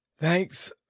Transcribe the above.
Thanks